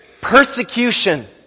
Persecution